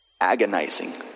Agonizing